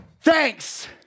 Thanks